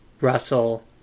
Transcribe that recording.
Russell